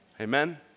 Amen